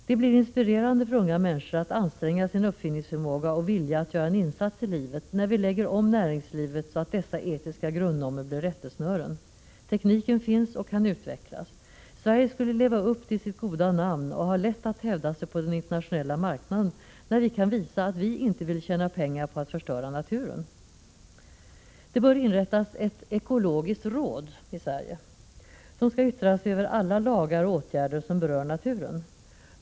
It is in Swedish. Det blir inspirerande för unga människor att anstränga sin uppfinningsförmåga och vilja att göra en insats i livet när vi lägger om näringslivet så att dessa etiska grundnormer blir rättesnören. Tekniken finns och kan utvecklas. Sverige skulle leva upp till sitt goda namn och ha lätt att hävda sig på den internationella marknaden, när vi kan visa att vi inte vill tjäna pengar på att förstöra naturen. Det bör inrättas ett ekologiskt råd i Sverige, som skall yttra sig över alla lagar och åtgärder som berör naturen.